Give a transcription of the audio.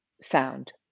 sound